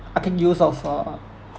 I can use of uh